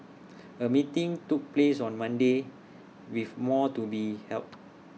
A meeting took place on Monday with more to be held